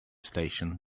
station